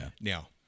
Now